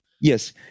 Yes